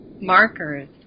markers